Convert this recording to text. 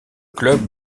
club